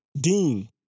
Dean